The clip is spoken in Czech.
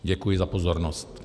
Děkuji za pozornost.